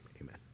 Amen